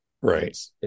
Right